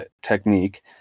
technique